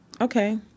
Okay